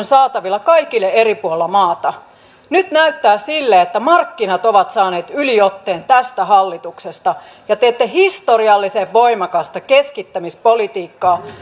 saatavilla kaikille eri puolilla maata nyt näyttää siltä että markkinat ovat saaneet yliotteen tästä hallituksesta ja teette historiallisen voimakasta keskittämispolitiikkaa